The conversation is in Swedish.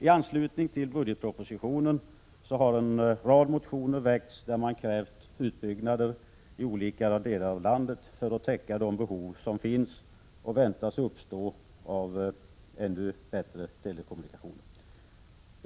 I anslutning till budgetpropositionen har en rad motioner väckts där man krävt utbyggnader i olika delar av landet för att täcka de behov av ännu bättre telekommunikationer som finns eller väntas uppstå.